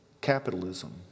capitalism